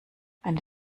eine